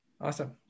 Awesome